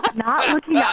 but not looking yeah